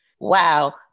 Wow